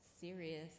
serious